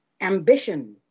ambition